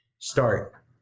start